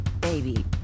baby